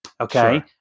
okay